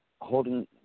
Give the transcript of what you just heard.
Holding